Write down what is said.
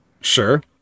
Sure